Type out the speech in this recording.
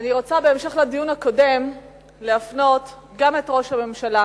אני רוצה בהמשך לדיון הקודם להפנות גם את ראש הממשלה